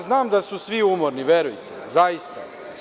Znam da su svi umorni, verujte, zaista.